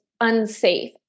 unsafe